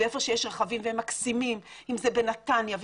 אם זה בנתניה,